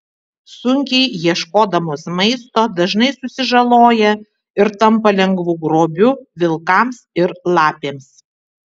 sunkiai ieškodamos maisto dažnai susižaloja ir tampa lengvu grobiu vilkams ir lapėms